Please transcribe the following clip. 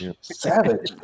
savage